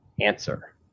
answer